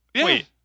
Wait